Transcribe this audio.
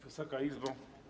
Wysoka Izbo!